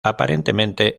aparentemente